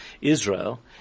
Israel